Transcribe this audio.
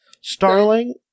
Starling